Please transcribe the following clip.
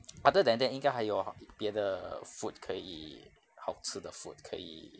other than that 应该还有别的 food 可以好吃的 food 可以